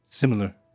similar